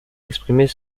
exprimer